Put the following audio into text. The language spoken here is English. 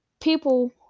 people